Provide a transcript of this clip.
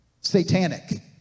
satanic